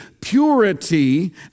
purity